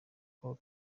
ngo